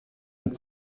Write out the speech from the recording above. mit